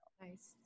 Nice